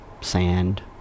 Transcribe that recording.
sand